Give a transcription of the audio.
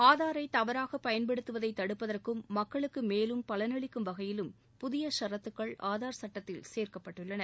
ஆதாரை தவறாக பயன்படுத்துவதை தடுப்பதற்கும் மக்களுக்கு மேலும் பலனளிக்கும் வகையிலும் புதிய ஷரத்துக்கள் ஆதார் சட்டத்தில் சேர்க்கப்பட்டுள்ளன